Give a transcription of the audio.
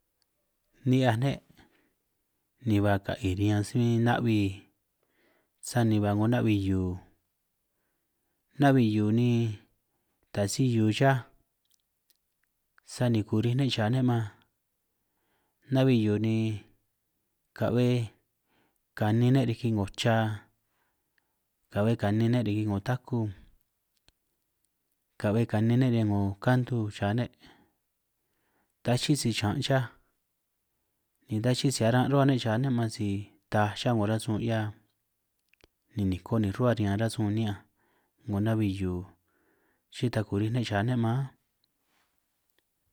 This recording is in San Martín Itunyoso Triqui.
Ni'hiaj ne' ni ba ka'i riñan si bin na'bi sani ba 'ngo na'bi hiu na'bi hiu ni ta si hiu chaj sani kurij ne' cha ne' man na'bi hiu ni ka'be kanin ne' riki 'ngo cha ka'hue kanin riki ne' 'ngo taku ka'be kanin ne' riñan 'ngo kandu cha ne' ta chi'i si chiñan' chaj ni ta chi'i si aran' rruhua ne' cha' ne' man si taj chaj 'ngo rasun ki'hia ni niko nin' rruhua riñan rasun ni'ñanj 'ngo na'hui hiu chi'i ta kurij ne' cha ne' man ánj.